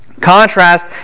Contrast